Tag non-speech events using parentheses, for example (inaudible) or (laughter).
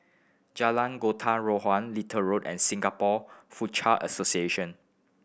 Jalan (unintelligible) Little Road and Singapore Foochow Association